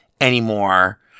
anymore